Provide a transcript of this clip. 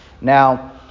Now